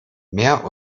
mehr